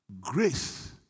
grace